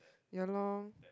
ya loh